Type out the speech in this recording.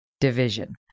division